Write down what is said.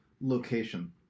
location